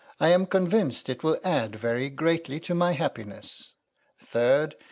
i am convinced it will add very greatly to my happiness third,